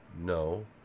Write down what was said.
no